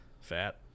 Fat